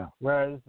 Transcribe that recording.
whereas